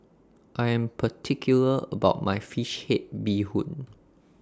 I Am particular about My Fish Head Bee Hoon